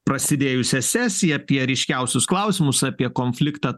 prasidėjusią sesiją apie ryškiausius klausimus apie konfliktą